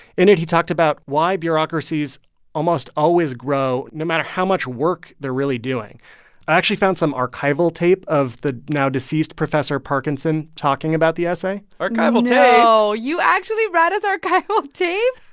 in it, he talked about why bureaucracies almost always grow no matter how much work they're really doing. i actually found some archival tape of the now-deceased professor parkinson talking about the essay archival tape? no. you actually brought us archival tape?